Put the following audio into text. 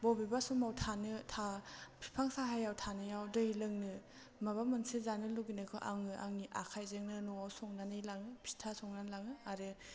बबेबा समाव थानो था बिफां साहायाव थानायाव दै लोंनो माबा मोनसे जानो लुगैनायखौ आङो आंनि आखायजोंनो नआव संनानै लाङो फिथा संनानै लाङो आरो